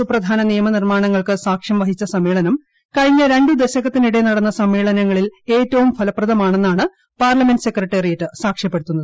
സുപ്രധാന നിയമ നിർമ്മാണങ്ങൾക്ക് സാക്ഷ്യം വഹിച്ച സമ്മേളനം കഴിഞ്ഞ രണ്ടു ദശകത്തിനിടെ നടന്ന സമ്മേളനങ്ങളിൽ ഏറ്റവും ഫലപ്രദമാണെന്നാണ് പാർലമെന്റ് സെക്രട്ടേറിയേറ്റ് സാക്ഷ്യപ്പെടുത്തുന്നത്